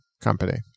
company